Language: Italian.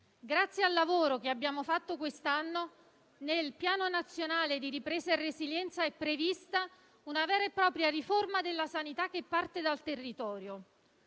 Grazie al lavoro fatto quest'anno, nel Piano nazionale di ripresa e resilienza è prevista una vera e propria riforma della sanità che parte dal territorio;